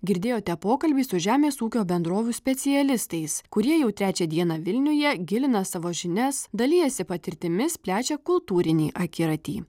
girdėjote pokalbį su žemės ūkio bendrovių specialistais kurie jau trečią dieną vilniuje gilina savo žinias dalijasi patirtimis plečia kultūrinį akiratį